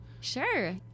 Sure